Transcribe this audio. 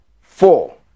four